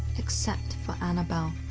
except for annabelle,